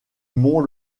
mont